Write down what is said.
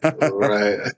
Right